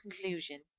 conclusion